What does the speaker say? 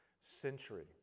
century